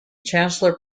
chancellor